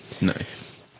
Nice